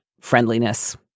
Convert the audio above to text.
friendliness